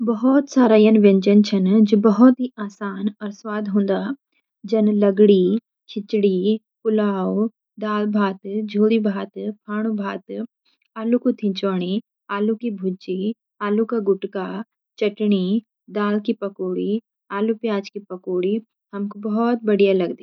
बहुत सारा यना व्यंजन छन जु बहुत ही आसान और स्वाद हौंदा, जन लगडी, खिचडी, पुलाव, दाल भात, झोली भात, फाणू भात, आलू कु थींचवानी, आलु की भुजी, आलू का गुटका, चटनी दाल की पकोडी आलू-प्याज की पकोडी हमुक बहुत बढ़िया लगदी ।